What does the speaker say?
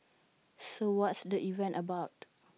so what's the event about